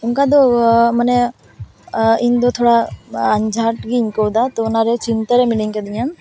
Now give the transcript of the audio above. ᱚᱱᱠᱟ ᱫᱚ ᱢᱟᱱᱮ ᱤᱧ ᱫᱚ ᱛᱷᱚᱲᱟ ᱟᱡᱷᱟᱴ ᱜᱮᱧ ᱟᱹᱭᱠᱟᱹᱣ ᱮᱫᱟ ᱛᱚ ᱚᱱᱟ ᱨᱮ ᱪᱤᱱᱛᱟᱹ ᱨᱮ ᱢᱤᱱᱟᱹᱧ ᱠᱟᱹᱫᱤᱧᱟ